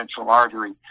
artery